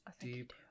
deep